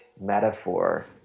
metaphor